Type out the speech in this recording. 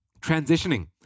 transitioning